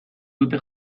dute